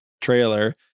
trailer